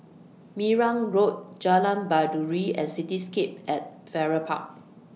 Marang Road Jalan Baiduri and Cityscape At Farrer Park